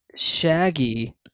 shaggy